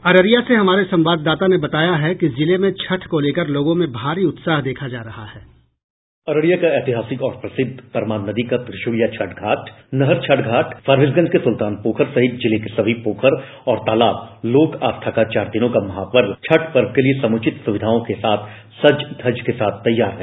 अररिया से हमारे संवाददाता ने बताया है कि जिले में छठ को लेकर लोगों में भारी उत्साह देखा जा रहा है बाईट अररिया का ऐतिहासिक और प्रसिद्ध परमान नदी पर त्रिशूलिया छठ घाट नगर छठ घाट फारबीसगंज के पोखर सहित जिले के सभी पोखर और तालाब लोक आस्था का चार दिनों का महापर्व छठ के लिए समुचित सुविघाओं के साथ सजधज के तैयार है